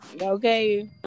Okay